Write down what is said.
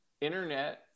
internet